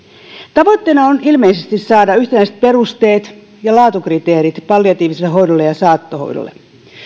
tavoitteena on ilmeisesti saada yhtenäiset perusteet ja laatukriteerit palliatiiviselle hoidolle ja saattohoidolle